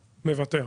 מוותר.